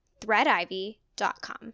threadivy.com